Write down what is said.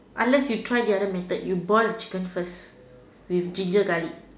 unless you try the other method you boil the chicken first with ginger garlic